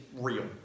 real